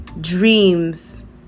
dreams